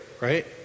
Right